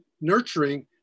nurturing